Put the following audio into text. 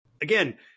again